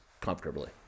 comfortably